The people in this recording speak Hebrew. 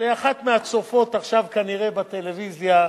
לאחת מהצופות עכשיו, כנראה, בטלוויזיה,